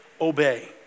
obey